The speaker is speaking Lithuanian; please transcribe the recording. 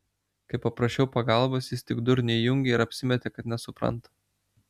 kai paprašiau pagalbos jis tik durnių įjungė ir apsimetė kad nesupranta